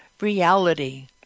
reality